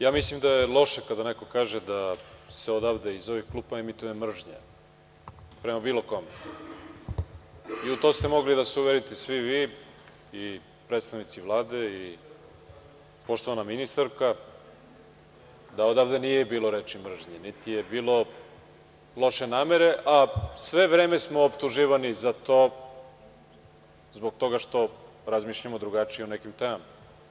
Ja mislim da je loše kada neko kaže da se odavde iz ovih klupa emituje mržnja prema bilo kome i u to ste mogli da se uverite svi vi i predstavnici Vlade i poštovana ministarka, da odavde nije bilo reči mržnje, niti je bilo loše namere, a sve vreme smo optuživani za to zbog toga što razmišljamo drugačije o nekim temama.